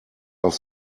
auf